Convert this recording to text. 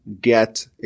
get